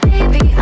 Baby